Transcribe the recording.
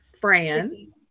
Fran